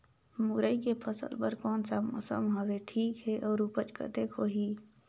मुरई के फसल बर कोन सा मौसम हवे ठीक हे अउर ऊपज कतेक होही?